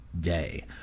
day